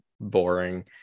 boring